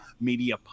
Media